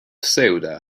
ceuta